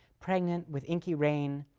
pregnant with inky rain,